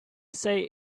say